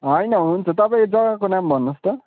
होइन हुन्छ तपाईँ जग्गाको नाम भन्नुहोस् त